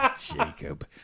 Jacob